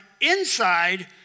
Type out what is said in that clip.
inside